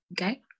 Okay